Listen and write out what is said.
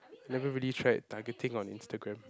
never really tried targeting on Instagram